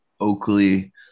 Oakley